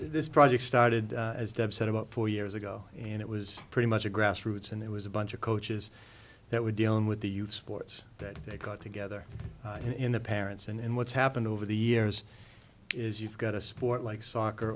this projects started as deb said about four years ago and it was pretty much a grassroots and it was a bunch of coaches that we're dealing with the youth sports that they got together in the parents and what's happened over the years is you've got a sport like soccer